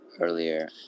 earlier